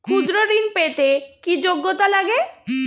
ক্ষুদ্র ঋণ পেতে কি যোগ্যতা লাগে?